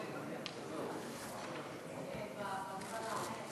שר הבריאות,